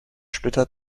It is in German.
splitter